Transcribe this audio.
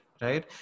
right